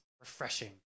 refreshing